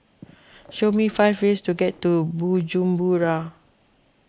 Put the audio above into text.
show me five ways to get to Bujumbura